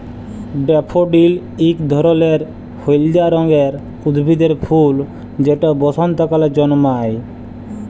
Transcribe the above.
daffodil ইক ধরলের হইলদা রঙের উদ্ভিদের ফুল যেট বসল্তকালে জল্মায়